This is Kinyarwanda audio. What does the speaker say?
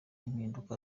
impinduka